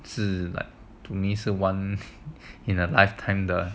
是 like to me is like one in a lifetime 的